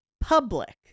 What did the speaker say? public